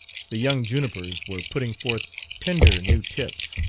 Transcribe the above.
the young junipers were putting forth tender new tips